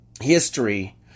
history